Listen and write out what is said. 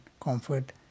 comfort